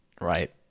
Right